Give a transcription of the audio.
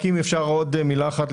אם אפשר עוד מילה אחת,